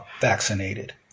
vaccinated